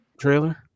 trailer